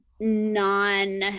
non